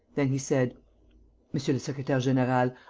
then he said monsieur le secretaire-general,